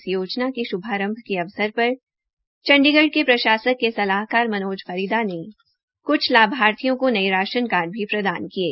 इस योजना के श्भारंभ के अवसर पर चंडीगढ़ के प्रशासक के सलाहकार मनोज परिदा ने क्छ लाभार्थियों को नये राशन कार्ड भी प्रदान किये